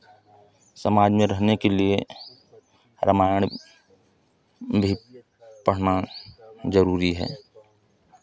समाज में रहने के लिए रामायण भी पढ़ना जरूरी है